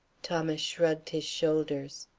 thomas shrugged his shoulders.